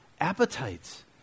appetites